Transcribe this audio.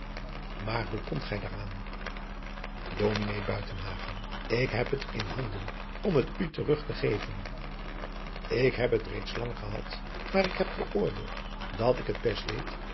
maar hoe komt gij daar aan adriaan loosjes pzn het leven van hillegonda buisman ds buitenhagen ik heb het in handen om het u terug te geven ik heb het reeds lang gehad maar ik heb geoordeeld dat ik best deed